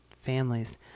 families